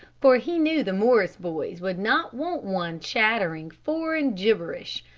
for he knew the morris boys would not want one chattering foreign gibberish,